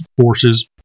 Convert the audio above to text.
Forces